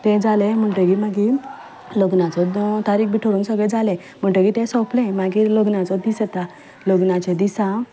तें जालें म्हणटगीर मागीर लग्नाची तारीक थारोवन सगलें जालें म्हणटगीर तें सोंपलें मागीर लग्नाचो दीस येता लग्नाच्या दिसा